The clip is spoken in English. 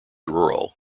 rural